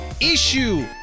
issue